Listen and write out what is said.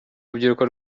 urubyiruko